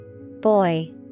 Boy